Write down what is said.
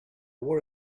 war